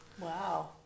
wow